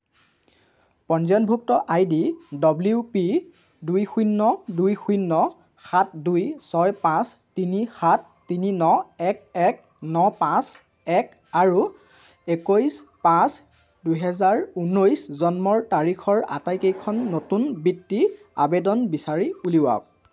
পঞ্জীয়নভুক্ত I D W P দুই শূন্য দুই শূন্য সাত দুই ছয় পাঁচ তিনি সাত তিনি ন এক এক ন পাঁচ এক আৰু একৈছ পাঁচ দুহেজাৰ উনৈছ জন্মৰ তাৰিখৰ আটাইকেইখন নতুন বৃত্তি আবেদন বিচাৰি উলিয়াওক